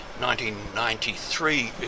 1993